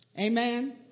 Amen